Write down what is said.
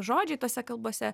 žodžiai tose kalbose